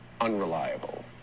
Unreliable